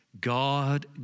God